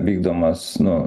vykdomas nu